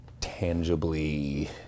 tangibly